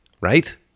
right